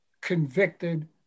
convicted